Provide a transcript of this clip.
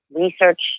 research